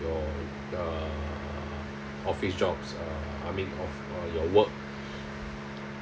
your uh office jobs uh I mean of uh your work